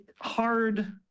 hard